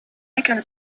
second